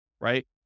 right